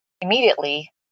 immediately